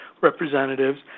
representatives